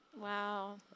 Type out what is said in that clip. Wow